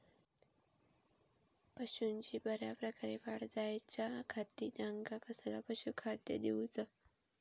पशूंची बऱ्या प्रकारे वाढ जायच्या खाती त्यांका कसला पशुखाद्य दिऊचा?